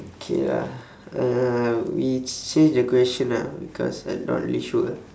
okay ah uh we change the question ah because I'm not really sure ah